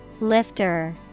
Lifter